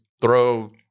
throw